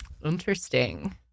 Interesting